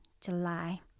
July